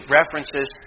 references